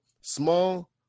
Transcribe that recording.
small